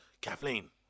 Kathleen